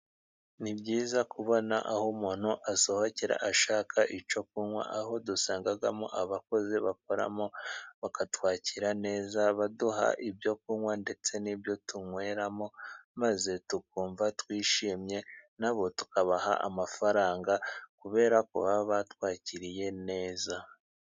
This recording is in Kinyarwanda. Ni byiza kubona aho umuntu asohokera ashaka icyo kunywa ,aho dusangamo abakozi bakoramo bakatwakira neza ,baduha ibyo kunywa ndetse n'ibyo tunyweramo maze tukumva twishimye, na bo tukabaha amafaranga kubera ko baba batwakiriye neza.